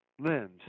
limbs